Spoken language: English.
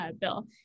bill